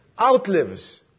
outlives